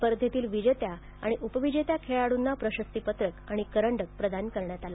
स्पर्धेतील विजेत्या आणि उपविजेत्या खेळाडूंना प्रशस्तिपत्रक आणि करंडक प्रदान करण्यात आला